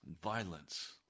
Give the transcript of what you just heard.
violence